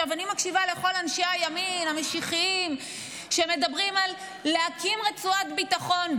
אני מקשיבה לכל אנשי הימין המשיחיים שמדברים על הקמת רצועת ביטחון בעזה,